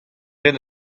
ret